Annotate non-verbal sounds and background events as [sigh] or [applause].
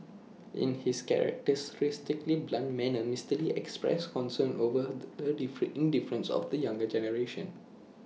in his characteristically blunt manner Mister lee expressed concern over the [unintelligible] indifference of the younger generation